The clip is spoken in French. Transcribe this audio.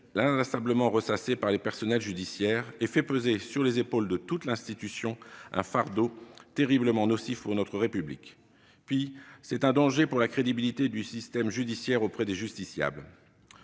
inlassablement ressassée par les personnels judiciaires, et fait peser sur les épaules de toute l'institution un fardeau terriblement nocif pour notre République. Pis encore, c'est un danger pour la crédibilité du système judiciaire auprès des justiciables.